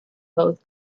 both